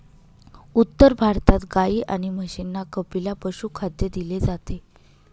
उत्तर भारतात गाई आणि म्हशींना कपिला पशुखाद्य दिले जाते